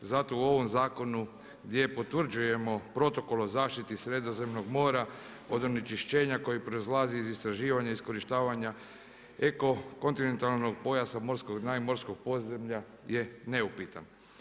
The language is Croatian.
Zato u ovom zakonu gdje potvrđujemo Protokol o zaštiti Sredozemnog mora od onečišćenja koje proizlazi iz istraživanja i iskorištavanja eko kontinentalnog pojasa morskog dna i morskog podzemlja je neupitan.